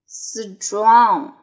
strong